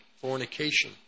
fornication